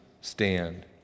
stand